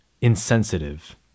insensitive